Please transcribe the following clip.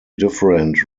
different